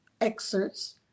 excerpts